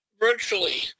virtually